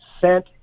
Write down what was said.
sent